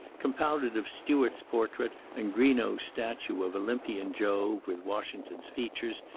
compounded of stuart's portrait and greenough's statue of olympian jove with washington's features,